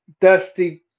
Dusty